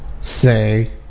say